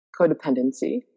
codependency